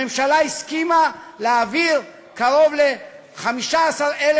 הממשלה הסכימה להעביר קרוב ל-15,000